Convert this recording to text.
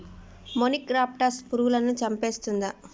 మొనిక్రప్టస్ పురుగులను చంపేస్తుందా?